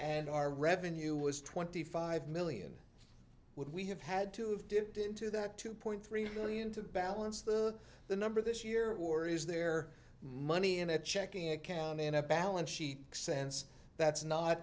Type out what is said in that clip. and our revenue was twenty five million would we have had to have dipped into that two point three million to balance the the number this year or is there money in a checking account in a balance sheet sense that's not